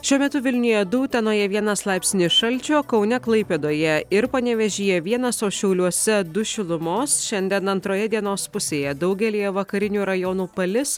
šiuo metu vilniuje du utenoje vienas laipsnis šalčio kaune klaipėdoje ir panevėžyje vienas o šiauliuose du šilumos šiandien antroje dienos pusėje daugelyje vakarinių rajonų palis